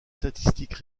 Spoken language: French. statistiques